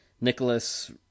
Nicholas